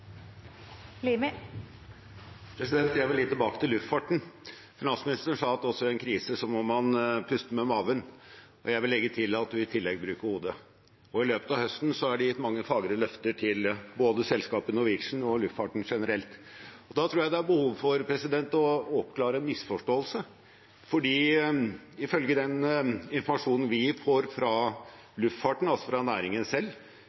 Jeg vil litt tilbake til luftfarten. Finansministeren sa at også i en krise må man puste med magen, og jeg vil legge til at man i tillegg må bruke hodet. I løpet av høsten er det gitt mange fagre løfter til både selskapet Norwegian og luftfarten generelt. Da tror jeg det er behov for å oppklare en misforståelse, for ifølge den informasjonen vi får fra luftfarten, altså fra næringen selv,